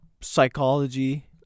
Psychology